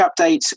update